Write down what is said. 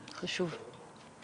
חשוב.